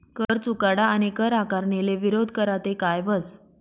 कर चुकाडा आणि कर आकारणीले विरोध करा ते काय व्हस